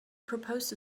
proposed